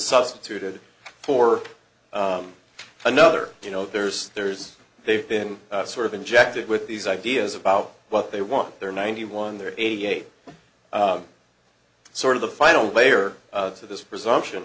substituted for another you know there's there's they've been sort of injected with these ideas about what they want their ninety one their eighty eight sort of the final layer of this presumption